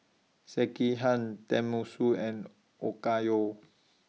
Sekihan Tenmusu and Okayu